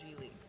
League